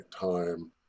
time